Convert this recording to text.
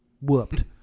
whooped